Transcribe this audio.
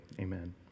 amen